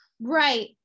Right